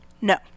No